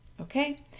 okay